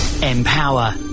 Empower